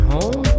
Home